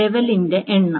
ലെവലിന്റെ എണ്ണം